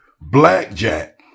Blackjack